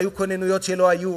היו כוננויות שלא היו,